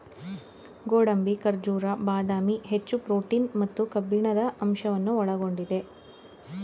ಗೋಡಂಬಿ, ಖಜೂರ, ಬಾದಾಮಿ, ಹೆಚ್ಚು ಪ್ರೋಟೀನ್ ಮತ್ತು ಕಬ್ಬಿಣದ ಅಂಶವನ್ನು ಒಳಗೊಂಡಿದೆ